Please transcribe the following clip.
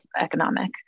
economic